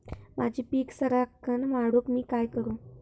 माझी पीक सराक्कन वाढूक मी काय करू?